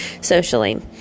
Socially